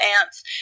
ants